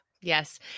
yes